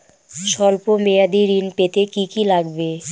সল্প মেয়াদী ঋণ পেতে কি কি লাগবে?